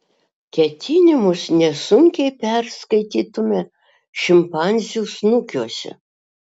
ketinimus nesunkiai perskaitytume šimpanzių snukiuose